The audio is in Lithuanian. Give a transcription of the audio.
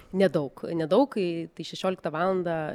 nedaug nedaug kai tai šešioliktą valandą